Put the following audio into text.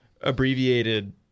abbreviated